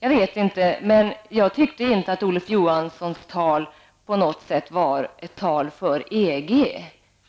Jag vet inte, men jag tyckte inte att Olof Johanssons tal på något sätt var ett tal för EG.